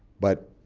but